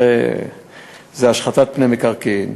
זו השחתת פני מקרקעין.